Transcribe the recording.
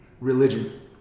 Religion